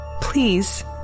please